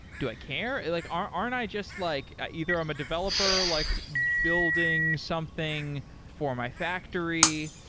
do i care? and like aren't aren't i just like ah either i'm a developer like building something for my factory?